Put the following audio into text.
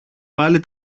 πάλι